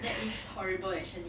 that is horrible actually